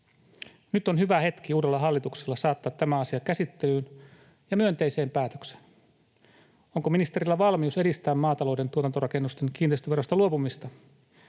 Nyt on hyvä hetki uudella hallituksella saattaa tämä asia käsittelyyn ja myönteiseen päätökseen. Onko ministerillä valmius edistää maatalouden tuotantorakennusten kiinteistöverosta luopumista?